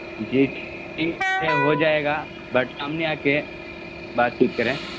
جی ٹھیک ہے ہو جائے گا بٹ سامنے آ کے بات چیت کریں